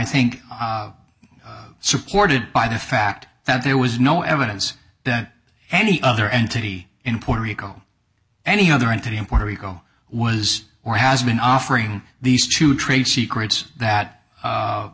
think supported by the fact that there was no evidence that any other entity in puerto rico any other entity in puerto rico was or has been offering these two trade secrets that